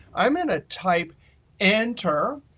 i'm going to type enter.